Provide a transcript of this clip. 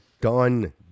done